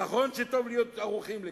נכון שטוב להיות ערוכים לכך,